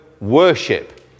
worship